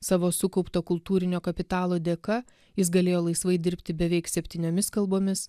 savo sukaupto kultūrinio kapitalo dėka jis galėjo laisvai dirbti beveik septyniomis kalbomis